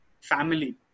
family